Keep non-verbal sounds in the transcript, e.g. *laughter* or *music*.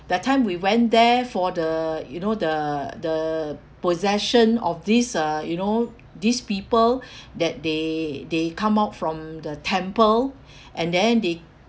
that time we went there for the you know the the possession of this uh you know these people *breath* that they they come out from the temple *breath* and then they